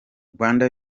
rwanda